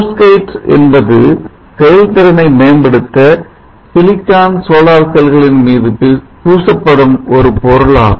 Perovskite என்பது செயல்திறனை மேம்படுத்த சிலிக்கன் சோலார் செல்களின் மேல் பூசப்படும் ஒரு பொருளாகும்